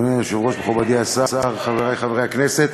אדוני היושב-ראש, מכובדי השר, חברי חברי הכנסת,